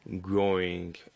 growing